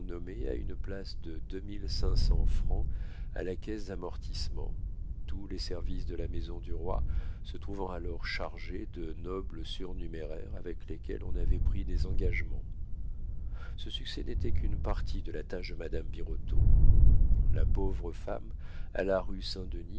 à une place de deux mille cinq cents francs à la caisse d'amortissement tous les services de la maison du roi se trouvant alors chargés de nobles surnuméraires avec lesquels on avait pris des engagements ce succès n'était qu'une partie de la tâche de madame birotteau la pauvre femme alla rue saint-denis